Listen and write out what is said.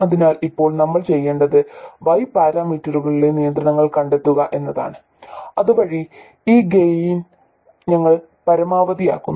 അതിനാൽ ഇപ്പോൾ നമ്മൾ ചെയ്യേണ്ടത് y പാരാമീറ്ററുകളിലെ നിയന്ത്രണങ്ങൾ കണ്ടെത്തുക എന്നതാണ് അതുവഴി ഈ ഗെയിൻ ഞങ്ങൾ പരമാവധിയാക്കുന്നു